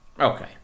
Okay